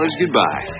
goodbye